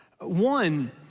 One